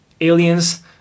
aliens